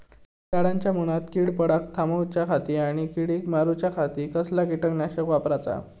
झाडांच्या मूनात कीड पडाप थामाउच्या खाती आणि किडीक मारूच्याखाती कसला किटकनाशक वापराचा?